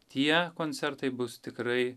tie koncertai bus tikrai